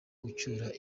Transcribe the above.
gucyura